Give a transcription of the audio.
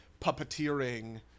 puppeteering